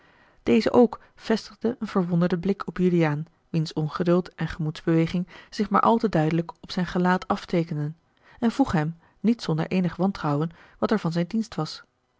deze ook vestigde een verwonderden blik op juliaan wiens ongeduld en gemoedsbeweging zich maar al te duidelijk op zijn gelaat afteekenden en vroeg hem niet zonder eenig wantrouwen wat er van zijn dienst was